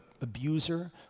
abuser